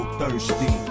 thirsty